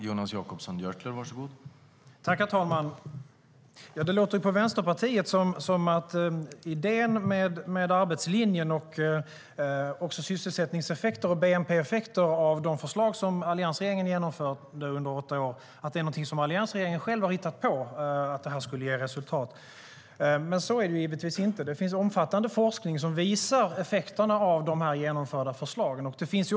Herr talman! Det låter på Vänsterpartiet som om idén med att arbetslinjen och sysselsättnings och bnp-effekter av de förslag som alliansregeringen genomfört under åtta är någonting som alliansregeringen själv hade hittat på. Så är det givetvis inte. Det finns omfattande forskning som visar effekterna av de genomförda förslagen.